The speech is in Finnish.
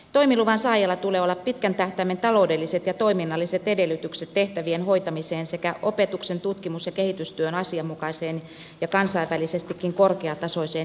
toimiluvan saajalla tulee olla pitkän tähtäimen taloudelliset ja toiminnalliset edellytykset tehtävien hoitamiseen sekä opetuksen tutkimus ja kehitystyön asianmukaiseen ja kansainvälisestikin korkeatasoiseen järjestämiseen